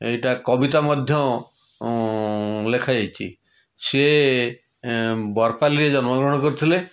ଏଇଟା କବିତା ମଧ୍ୟ ଲେଖାଯାଇଛି ସିଏ ଏଁ ବରପାଲିରେ ଜନ୍ମଗ୍ରହଣ କରିଥିଲେ